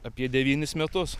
apie devynis metus